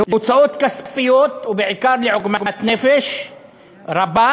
להוצאות כספיות ובעיקר לעוגמת נפש רבה,